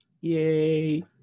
Yay